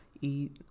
eat